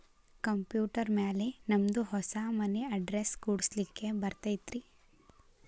Computer ಮ್ಯಾಲೆ ನಮ್ದು ಹೊಸಾ ಮನಿ ಅಡ್ರೆಸ್ ಕುಡ್ಸ್ಲಿಕ್ಕೆ ಬರತೈತ್ರಿ?